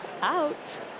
Out